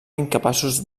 incapaços